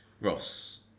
Ross